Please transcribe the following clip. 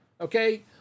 okay